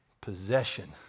possession